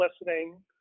listening